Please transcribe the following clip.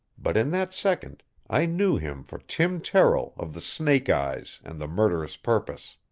but in that second i knew him for tim terrill of the snake-eyes and the murderous purpose.